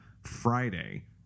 Friday